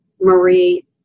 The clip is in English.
Marie